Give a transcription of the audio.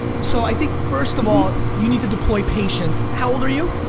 so i think first of all you need to deploy patience. how old are you?